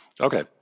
Okay